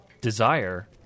desire